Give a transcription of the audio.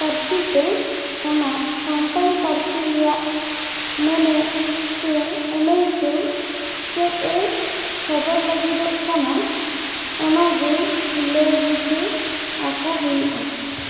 ᱯᱟᱹᱨᱥᱤ ᱛᱮ ᱚᱱᱟ ᱥᱟᱱᱛᱟᱲᱤ ᱯᱟᱹᱨᱥᱤ ᱨᱮᱭᱟᱜ ᱢᱮᱱᱮᱛ ᱥᱮ ᱟ ᱱᱟ ᱭ ᱠᱟᱹᱣ ᱪᱮᱫ ᱮ ᱥᱚᱫᱚᱨ ᱞᱟᱹᱜᱤᱫᱚᱜ ᱠᱟᱱᱟ ᱚᱱᱟ ᱜᱮ ᱞᱟ ᱭ ᱵᱩᱡᱷᱟᱹᱣ ᱟᱠᱚ ᱦᱩᱭᱩᱜᱼᱟ